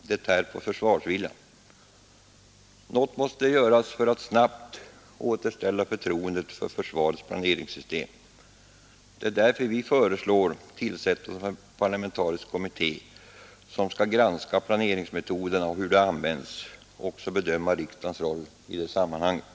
Det tär på försvarsviljan Något måste göras för att snabbt återställa förtroendet för försvarets planeringssystem. Det är därför vi föreslår tillsättande av en parlamentarisk kommitté, som skall granska planeringsmetoderna och hur de används och också bedöma riksdagens roll i det sammanhanget.